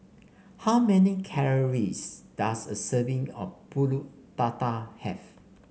how many calories does a serving of pulut Tatal have